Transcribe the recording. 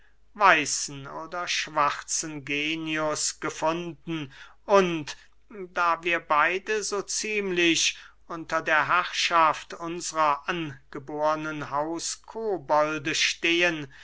weißen oder schwarzen genius gefunden und da wir beide so ziemlich unter der herrschaft unsrer angebornen hauskobolde stehen